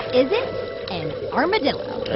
is it an armadillo?